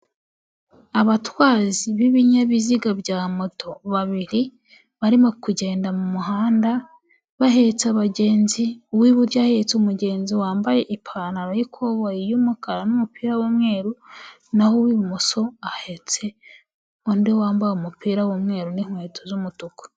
Abatwazi b'ibinyabiziga bya moto babiri, barimo kugenda mu muhanda bahetse abagenzi, uw'iburyo ahetse umugenzi wambaye ipantaro y'ikoboyi y'umukara n'umupira w'umweru naho uw'ibumoso ahetse undi wambaye umupira w'umweru n'inkweto z'umutuku.